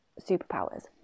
superpowers